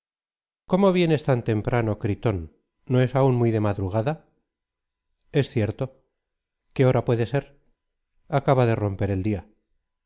cómo vienes tan temprano gritón no es aún muy de madrugada es cierto qué hora puede ser acaba de romper el dia